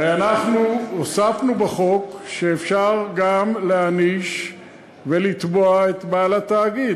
הרי אנחנו הוספנו בחוק שאפשר גם להעניש ולתבוע את בעל התאגיד,